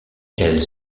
elles